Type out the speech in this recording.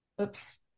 oops